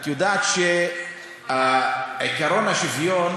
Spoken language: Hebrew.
את יודעת שעקרון השוויון